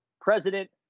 president